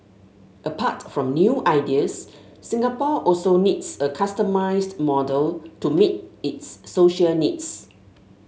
apart from new ideas Singapore also needs a customised model to meet its social needs